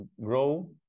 grow